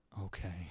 Okay